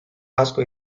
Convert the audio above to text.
asko